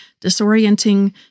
disorienting